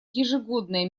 ежегодная